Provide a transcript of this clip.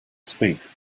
speak